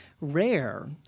rare